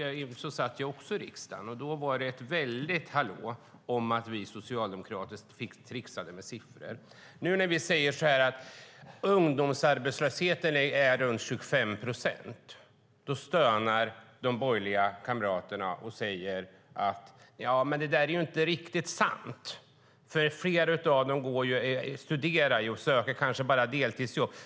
Jag satt i riksdagen även 2006, och då var det ett väldigt hallå om att vi socialdemokrater tricksade med siffror. Nu när vi säger att ungdomsarbetslösheten är runt 25 procent stönar de borgerliga kamraterna och säger att det inte är riktigt sant eftersom en del ungdomar studerar och kanske bara söker deltidsjobb.